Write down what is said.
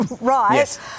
right